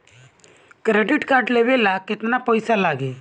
Credit card लेवे ला केतना पइसा लागी?